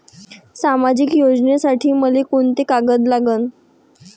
सामाजिक योजनेसाठी मले कोंते कागद लागन?